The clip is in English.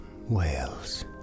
Wales